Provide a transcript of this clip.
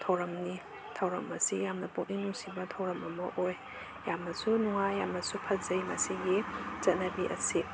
ꯊꯧꯔꯝꯅꯤ ꯊꯧꯔꯝ ꯑꯁꯤ ꯌꯥꯝꯅ ꯄꯨꯛꯅꯤꯡ ꯅꯨꯡꯁꯤꯕ ꯊꯧꯔꯝ ꯑꯃ ꯑꯣꯏ ꯌꯥꯝꯅꯁꯨ ꯅꯨꯡꯉꯥꯏ ꯌꯥꯝꯅꯁꯨ ꯐꯖꯩ ꯃꯁꯤꯒꯤ ꯆꯠꯅꯕꯤ ꯑꯁꯤ